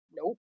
nope